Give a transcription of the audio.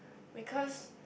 because